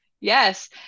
Yes